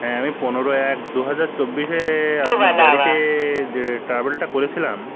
হ্যাঁ আমি পনেরো এক দু হাজার চব্বিশে আপনার গাড়িতে যে ট্রাভেলটা করেছিলাম